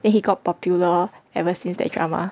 then he got popular ever since that drama